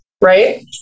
right